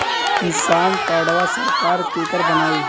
किसान कार्डवा सरकार केकर बनाई?